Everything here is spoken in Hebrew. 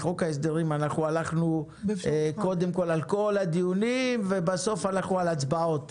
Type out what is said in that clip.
בחוק ההסדרים עשינו קודם את כל הדיונים ובסוף עשינו הצבעות.